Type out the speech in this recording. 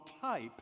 type